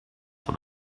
what